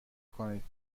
کنید